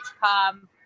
come